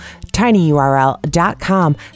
tinyurl.com